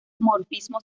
dimorfismo